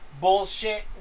bullshit